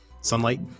sunlight